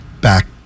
back